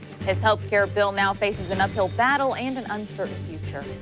his health care bill now faces an uphill battle and an uncertain future.